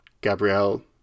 Gabrielle